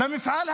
במפעל הציוני,